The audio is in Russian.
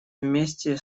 вместе